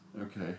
Okay